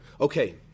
Okay